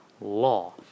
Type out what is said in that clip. law